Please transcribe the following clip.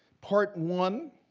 part one,